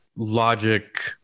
logic